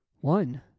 One